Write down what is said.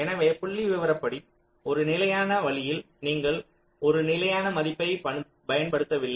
எனவே புள்ளிவிவரப்படி ஒரு நிலையான வழியில் நீங்கள் ஒரு நிலையான மதிப்பைப் பயன்படுத்தவில்லை